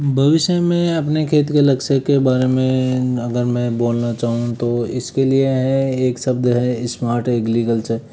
भविष्य में अपने खेत के लक्ष्य के बारे में अगर मैं बोलना चाहूँ तो इसके लिए है एक शब्द है स्मार्ट एग्लिकल्चर